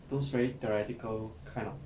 those very theoretical kind of